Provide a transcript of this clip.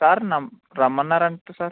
sir నం రమ్మన్నారంట sir